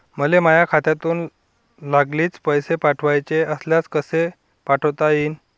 मले माह्या खात्यातून लागलीच पैसे पाठवाचे असल्यास कसे पाठोता यीन?